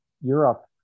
Europe